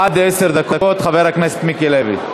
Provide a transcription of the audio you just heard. עד עשר דקות, חבר הכנסת מיקי לוי.